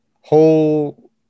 Whole